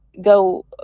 go